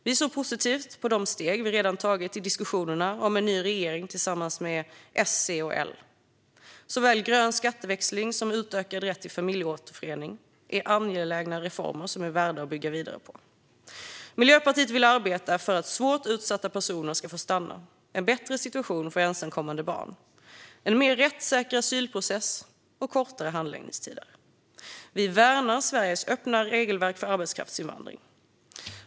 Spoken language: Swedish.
Vi ser positivt på de steg vi redan tagit i diskussionerna om en ny regering tillsammans med S, C och L. Såväl grön skatteväxling som utökad rätt till familjeåterförening är angelägna reformer som är värda att bygga vidare på. Miljöpartiet vill arbeta för att svårt utsatta personer ska få stanna, för en bättre situation för ensamkommande barn, för en mer rättssäker asylprocess och kortare handläggningstider. Vi värnar Sveriges öppna regelverk för arbetskraftsinvandring.